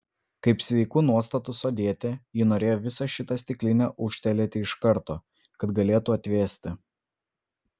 kaip sveikų nuostatų sodietė ji norėjo visą šitą stiklinę ūžtelėti iš karto kad galėtų atvėsti